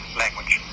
language